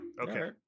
Okay